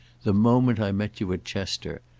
the moment i met you at chester,